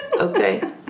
Okay